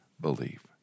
believe